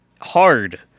hard